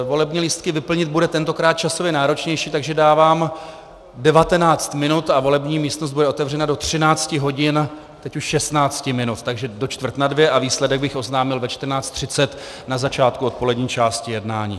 Volební lístky vyplnit bude tentokrát časově náročnější, takže dávám 19 minut a volební místnost bude otevřena do 13 hodin, teď už 16 minut, takže do čtvrt na dvě, a výsledek bych oznámil ve 14.30 hodin na začátku odpolední části jednání.